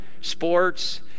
sports